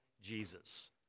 Jesus